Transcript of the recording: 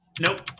Nope